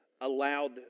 allowed